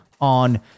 on